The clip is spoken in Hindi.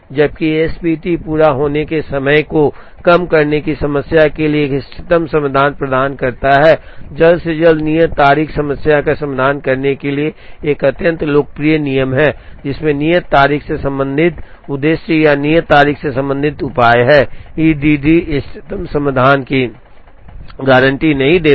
जबकि S P T पूरा होने के समय को कम करने की समस्या के लिए एक इष्टतम समाधान प्रदान करता है जल्द से जल्द नियत तारीख समस्या का समाधान करने के लिए एक अत्यंत लोकप्रिय नियम है जिसमें नियत तारीख से संबंधित उद्देश्य या नियत तारीख से संबंधित उपाय हैं ई D D इष्टतम समाधान की गारंटी नहीं देता है